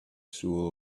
soul